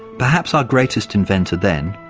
perhaps our greatest inventor then,